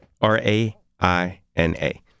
R-A-I-N-A